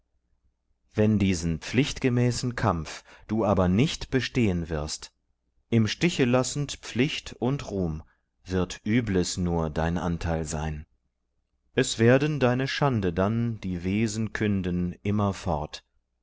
wenn diesen pflichtgemäßen kampf du aber nicht bestehen wirst im stiche lassend pflicht und ruhm wird übles nur dein anteil sein es werden deine schande dann die wesen künden